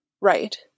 Right